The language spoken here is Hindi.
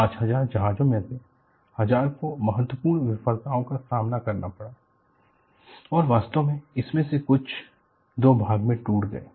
5000 जहाजों में से हजार को महत्वपूर्ण विफलताओं का सामना करना पड़ा और वास्तव में उनमें से कुछ दो भाग में टूट गए